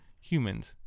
humans